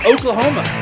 Oklahoma